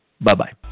Bye-bye